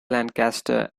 lancaster